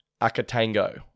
Akatango